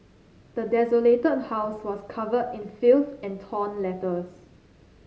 the desolated house was covered in filth and torn letters